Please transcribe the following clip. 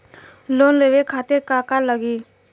Loan लेवे खातीर का का लगी?